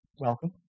Welcome